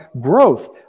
growth